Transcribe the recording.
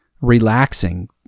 relaxing